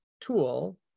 tool